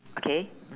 okay